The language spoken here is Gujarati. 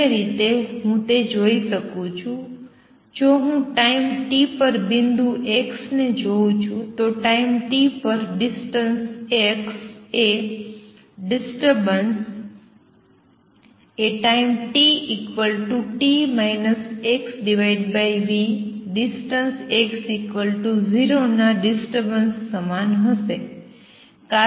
અન્ય રીતે હું તે જોઈ શકું છું જો હું ટાઈમ t પર બિંદુ x ને જોઉં છું તો ટાઈમ t પર ડિસ્ટન્સ x એ ડિસ્ટર્બન્સ એ time t t x v distance x 0 ના ડિસ્ટર્બન્સ સમાન હશે